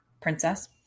princess